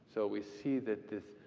so we see that this.